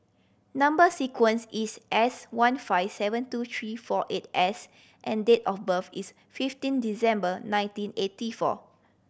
number sequence is S one five seven two three four eight S and date of birth is fifteen Disember nineteen eighty four